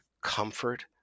comfort